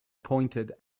pointed